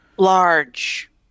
Large